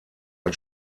ein